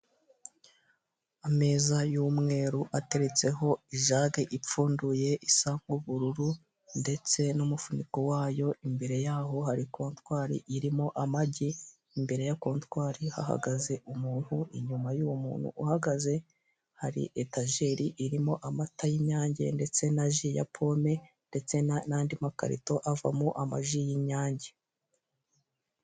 Ameza y'umweru ateretseho ijage ipfunduye isa nk'ubururu ndetse n'umufiniko wayo, imbere yaho hari kontwari irimo amagi, imbere ya kontwari hahagaze umuntu, inyuma y'uwo muntu uhagaze hari etajeri irimo amata y'inyange ndetse na ji ya pome ndetse n'andi makarito avamo amaji y'inyange